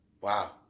Wow